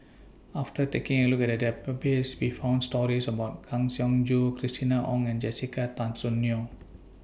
after taking A Look At The Database We found stories about Kang Siong Joo Christina Ong and Jessica Tan Soon Neo